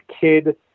kid